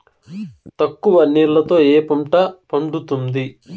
తక్కువ నీళ్లతో ఏ పంట పండుతుంది?